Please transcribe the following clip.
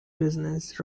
business